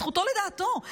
זכותו לדעתו,